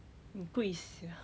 很贵 sia